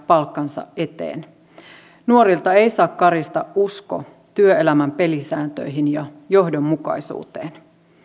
palkkansa eteen nuorilta ei saa karista usko työelämän pelisääntöihin ja johdonmukaisuuteen